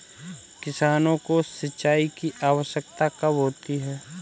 किसानों को सिंचाई की आवश्यकता कब होती है?